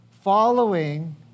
following